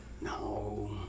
No